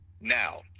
Now